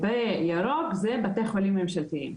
וירוק זה בתי חולים ממשלתיים.